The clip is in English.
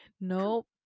nope